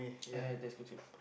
yeah that's good too